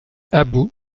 aboud